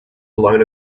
blown